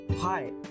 Hi